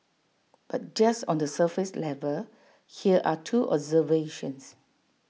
but just on the surface level here are two observations